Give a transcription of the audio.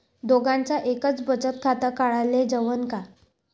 दोघाच एकच बचत खातं काढाले जमनं का?